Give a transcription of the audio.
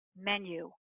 menu